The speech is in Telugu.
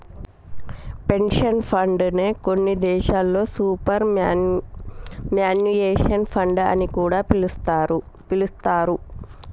పెన్షన్ ఫండ్ నే కొన్ని దేశాల్లో సూపర్ యాన్యుయేషన్ ఫండ్ అని కూడా పిలుత్తారు